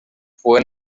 fue